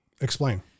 Explain